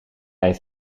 heeft